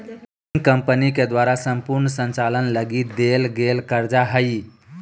ऋण कम्पनी के द्वारा सम्पूर्ण संचालन लगी देल गेल कर्जा हइ